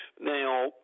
Now